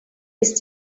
ist